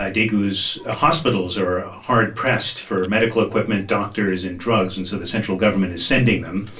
ah daegu's ah hospitals are ah hard-pressed for medical equipment, doctors and drugs. and so the central government is sending them.